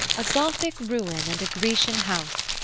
a gothic ruin and a grecian house,